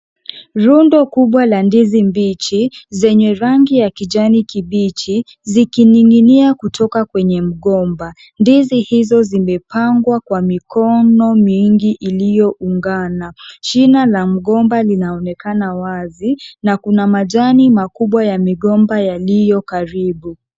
Rundo kubwa la ndizi mbichi zenye rangi ya kijani kibichi zikining'inia kutoka kwenye mgomba. Ndizi hizo zimepangwa kwa mikono mingi iliyoungana. Shina la mgomba linaonekana wazi na kuna majani makubwa ya migomba yaliyo karibu.